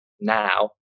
now